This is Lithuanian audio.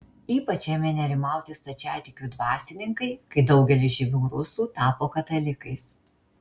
ypač ėmė nerimauti stačiatikių dvasininkai kai daugelis žymių rusų tapo katalikais